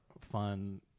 fun